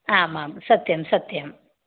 आम् आम् सत्यं सत्यम्